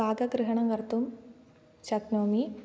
भागग्रहणं कर्तुं शक्नोमि